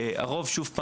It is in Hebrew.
שוב,